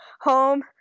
home